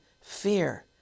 fear